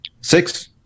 Six